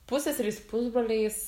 pusseseriais pusbroliais